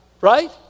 right